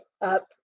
up